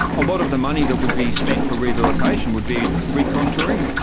a lot of the money that would be spent for rehabilitation would be re-contouring,